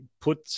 put